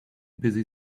busy